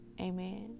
Amen